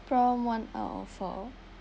problem one out of four